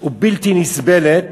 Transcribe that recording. ובלתי נסבלת,